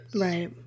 Right